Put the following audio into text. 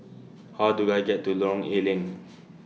How Do I get to Lorong A Leng